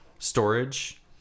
Storage